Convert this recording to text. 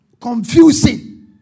confusing